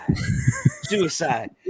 suicide